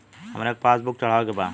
हमरा के पास बुक चढ़ावे के बा?